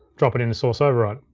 drop it in the source override.